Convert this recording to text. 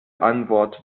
antwort